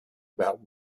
about